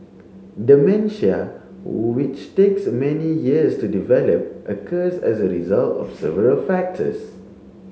dementia which takes many years to develop occurs as a result of several factors